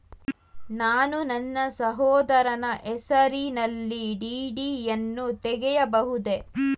ನಾನು ನನ್ನ ಸಹೋದರನ ಹೆಸರಿನಲ್ಲಿ ಡಿ.ಡಿ ಯನ್ನು ತೆಗೆಯಬಹುದೇ?